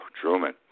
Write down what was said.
truman